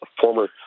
former